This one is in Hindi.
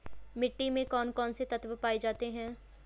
मिट्टी में कौन कौन से तत्व पाए जाते हैं?